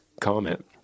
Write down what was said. comment